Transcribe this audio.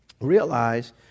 Realize